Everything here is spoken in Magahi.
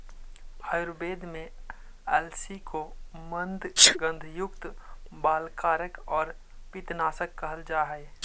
आयुर्वेद में अलसी को मन्दगंधयुक्त, बलकारक और पित्तनाशक कहल जा हई